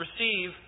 receive